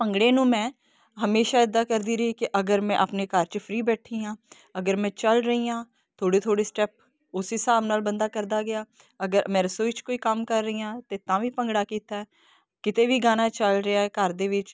ਭੰਗੜੇ ਨੂੰ ਮੈਂ ਹਮੇਸ਼ਾ ਇੱਦਾਂ ਕਰਦੀ ਰਹੀ ਕਿ ਅਗਰ ਮੈਂ ਆਪਣੇ ਘਰ 'ਚ ਫਰੀ ਬੈਠੀ ਹਾਂ ਅਗਰ ਮੈਂ ਚੱਲ ਰਹੀ ਹਾਂ ਥੋੜ੍ਹੇ ਥੋੜ੍ਹੇ ਸਟੈਪ ਉਸ ਹਿਸਾਬ ਨਾਲ ਬੰਦਾ ਕਰਦਾ ਗਿਆ ਅਗਰ ਮੈਂ ਰਸੋਈ 'ਚ ਕੋਈ ਕੰਮ ਕਰ ਰਹੀ ਹਾਂ ਤੇ ਤਾਂ ਵੀ ਭੰਗੜਾ ਕੀਤਾ ਕਿਤੇ ਵੀ ਗਾਣਾ ਚੱਲ ਰਿਹਾ ਘਰ ਦੇ ਵਿੱਚ